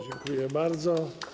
Dziękuję bardzo.